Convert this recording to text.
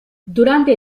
durante